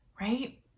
right